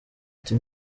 ati